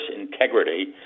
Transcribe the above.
integrity